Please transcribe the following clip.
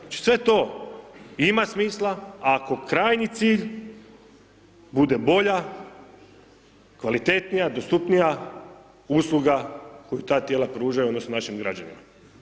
Znači sve to ima smisla ako krajnji cilj bude bolja, kvalitetnija, dostupnija usluga koju ta tijela pružaju, odnosno našim građanima.